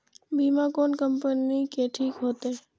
बीमा कोन कम्पनी के ठीक होते?